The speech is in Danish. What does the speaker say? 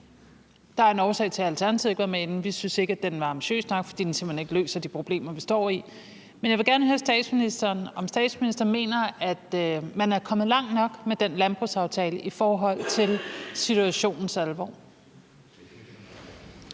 Der er en årsag til, at Alternativet ikke var med i den, for vi syntes ikke, den var ambitiøs nok, fordi den simpelt hen ikke løser de problemer, vi står med. Men jeg vil gerne høre statsministeren, om statsministeren mener, at man er kommet langt nok med den landbrugsaftale i forhold til situationens alvor.